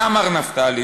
מה אמר נפתלי,